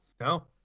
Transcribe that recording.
No